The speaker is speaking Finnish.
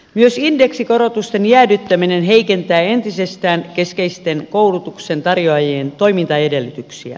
myös indeksikorotusten jäädyttäminen heikentää entisestään keskeisten koulutuksen tarjoajien toimintaedellytyksiä